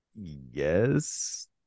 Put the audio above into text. yes